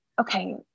okay